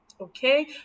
okay